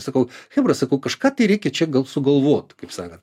sakau chebra sakau kažką tai reikia čia gal sugalvot kaip sakant